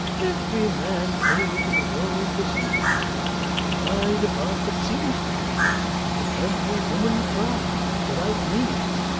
every man came into the world for something my department seems to be to make every woman cry without meaning it.